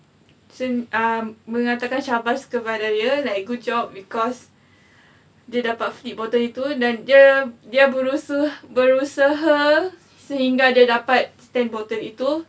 uh mengatakan syabas kepada dia like good job because dia dapat flip bottle itu dan dia dia berusaha berusaha sehingga dia dapat stand bottle itu